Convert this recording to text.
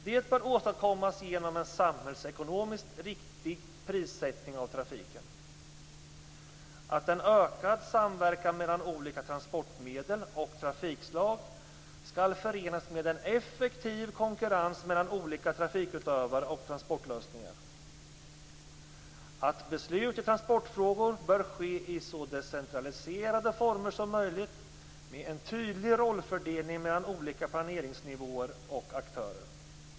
Det bör åstadkommas genom en samhällsekonomiskt riktig prissättning av trafiken. - En ökad samverkan mellan olika transportmedel och trafikslag skall förenas med en effektiv konkurrens mellan olika trafikutövare och transportlösningar. - Beslut i transportfrågor bör ske i så decentraliserade former som möjligt med en tydlig rollfördelning mellan olika planeringsnivåer och aktörer.